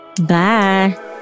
bye